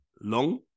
long